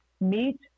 meet